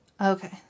Okay